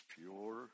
pure